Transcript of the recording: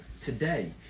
today